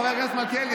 חבר הכנסת מלכיאלי,